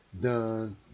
done